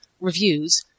reviews